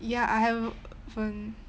ya I haven't